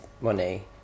money